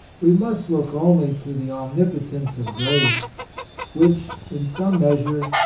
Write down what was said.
we must look only to the omnipotence of grace which, in some measure,